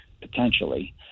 potentially